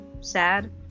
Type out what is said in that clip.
sad